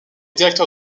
directeur